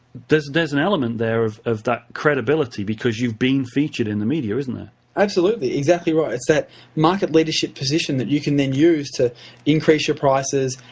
there's there's an element there of of that credibility because you've been featured in the media, isn't there? pete absolutely. exactly right. it's that market leadership position that you can then use to increase your prices,